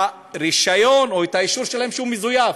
הרישיון או האישור שלהם שהוא מזויף?